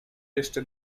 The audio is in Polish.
jeszcze